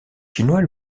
chinois